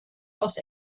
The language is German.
aus